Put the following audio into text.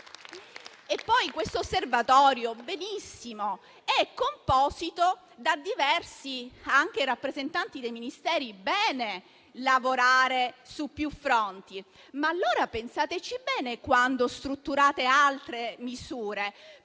E poi l'osservatorio - benissimo - è composto anche da diversi rappresentanti dei Ministeri. È bene lavorare su più fronti, ma allora pensateci bene quando strutturate altre misure.